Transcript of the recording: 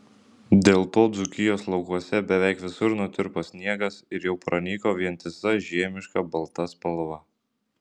dėl to dzūkijos laukuose beveik visur nutirpo sniegas ir jau pranyko vientisa žiemiška balta spalva